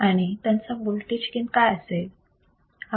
आणि त्यांचा voltage gain काय असेल